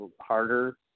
harder